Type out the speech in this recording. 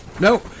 no